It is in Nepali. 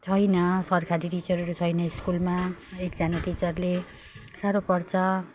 छैन सरकारी टिचरहरू छैन स्कुलमा एकजना टिचरले साह्रो पर्छ